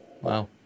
Wow